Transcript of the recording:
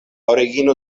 origino